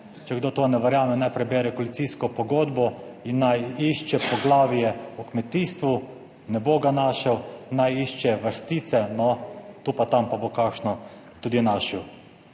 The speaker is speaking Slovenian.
Če kdo to ne verjame, naj prebere koalicijsko pogodbo in naj išče poglavje o kmetijstvu. Ne bo ga našel. Naj išče vrstice, no, tu pa tam pa bo kakšno tudi našel.